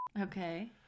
Okay